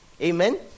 Amen